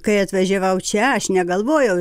kai atvažiavau čia aš negalvojau